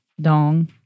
dong